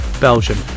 Belgium